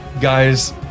guys